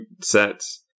sets